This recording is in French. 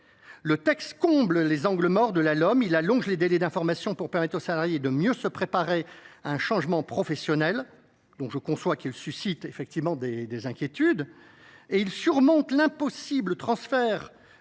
Le texte tend à combler les angles morts de la LOM et à allonger les délais d’information pour permettre aux salariés de mieux se préparer à un changement professionnel, dont je conçois qu’il suscite des inquiétudes. Il surmonte le problème de l’impossible transfert